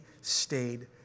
stayed